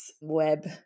web